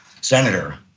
senator